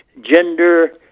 gender